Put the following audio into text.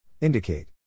Indicate